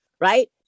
right